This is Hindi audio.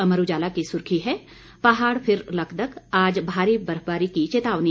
अमर उजाला की सुर्खी है पहाड़ फिर लकदक आज भारी बर्फबारी की चेतावनी